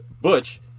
butch